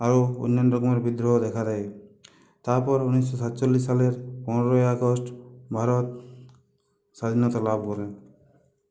আরও অন্যান্য রকমের বিদ্রোহ দেখা দেয় তারপর উনিশশো সাতচল্লিশ সালের পনেরোই আগস্ট ভারত স্বাধীনতা লাভ করে